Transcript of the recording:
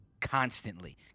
Constantly